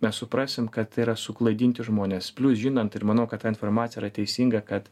mes suprasim kad tai yra suklaidinti žmonės plius žinant ir manau kad ta informacija yra teisinga kad